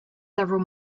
several